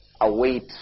await